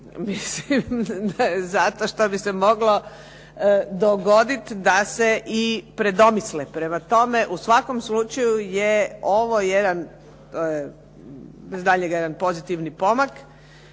Mislim da je zato što bi se moglo dogoditi da se i predomisle. Prema tome, u svakom slučaju je ovo jedan, to je bez daljnjega jedan pozitivni pomak